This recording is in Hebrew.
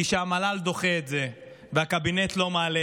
כי כשהמל"ל דוחה את זה והקבינט לא מעלה